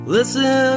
Listen